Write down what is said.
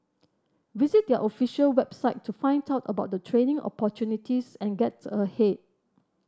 visit their official website to find out about the training opportunities and get ahead